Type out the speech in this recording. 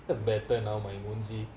better now my மூஞ்சி:moonji